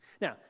Now